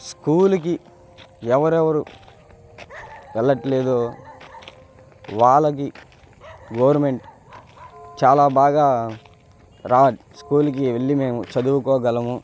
స్కూలుకి ఎవరెవరు వెళ్ళట్లేదో వాళ్ళకి గవర్నమెంట్ చాలా బాగా స్కూలుకి వెళ్ళి మేం చదువుకోగలము